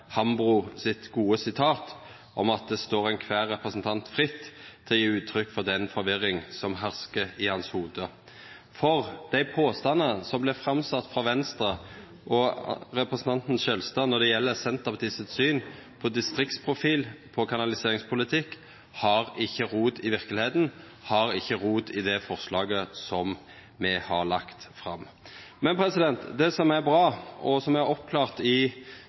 gode ord om at det står kvar representant fritt å gje uttrykk for den forvirringa som herskar i hovudet hans. For dei påstandane som vart framsette av Venstre og representanten Skjelstad når det gjeld Senterpartiet sitt syn på distriktsprofil og på kanaliseringspolitikk, har ikkje rot i verkelegheita, har ikkje rot i det forslaget som me har lagt fram. Men det som er bra, og som er klara opp i